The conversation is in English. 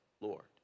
Lord